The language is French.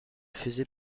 faisait